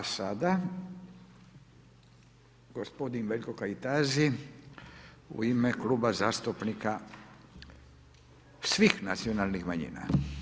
A sada gospodin Veljko Kajtazi u ime Kluba zastupnika svih nacionalnih manjina.